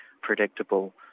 predictable